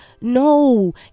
No